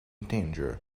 tangier